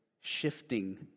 shifting